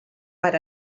per